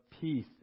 peace